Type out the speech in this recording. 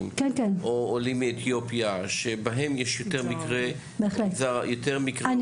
או עולים מאתיופיה שבהם יש יותר מקרי אובדנות.